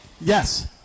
Yes